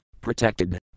Protected